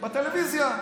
בטלוויזיה.